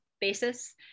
basis